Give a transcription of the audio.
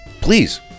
please